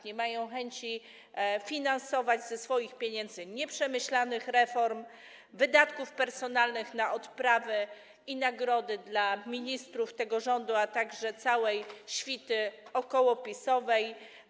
Nie mają chęci finansować ze swoich pieniędzy nieprzemyślanych reform, wydatków personalnych na odprawy i nagrody dla ministrów tego rządu, a także całej świty okołopisowskiej.